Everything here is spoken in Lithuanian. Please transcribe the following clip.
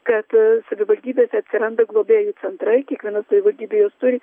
kad savivaldybėse atsiranda globėjų centrai kiekviena savivaldybė juos turi